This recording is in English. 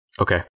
Okay